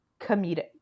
comedic